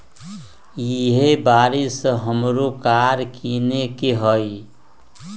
इहे बरिस हमरो कार किनए के हइ